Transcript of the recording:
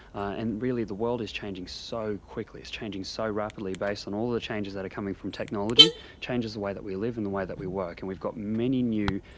and really the world is changing so quickly, it's changing so rapidly based on all the changes that are coming from technology, it changes the way that we live and the way that we work. and we've got many new,